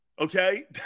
Okay